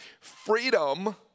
Freedom